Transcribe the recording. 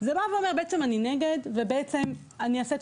זה בא ואומר בעצם אני נגד ואני אעשה את